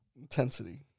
intensity